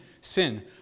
sin